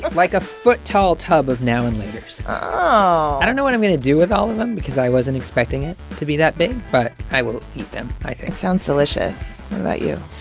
like, a foot-tall tub of now-and-laters oh i don't know what i'm gonna do with all of them because i wasn't expecting it to be that big. but i will eat them i think it sounds delicious. what about you?